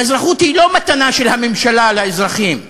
האזרחות היא לא מתנה של הממשלה לאזרחים,